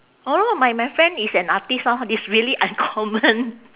orh lor my my friend is an artist orh it's really uncommon